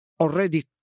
already